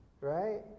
right